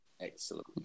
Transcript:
Excellent